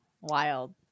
Wild